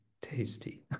tasty